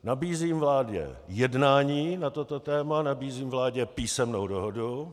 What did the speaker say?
Nabízím vládě jednání na toto téma, nabízím vládě písemnou dohodu.